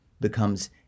becomes